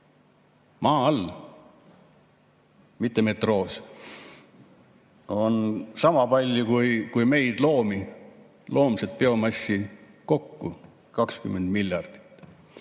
maa all, mitte metroos – on sama palju kui meid, loomi, loomset biomassi kokku 20 miljardit.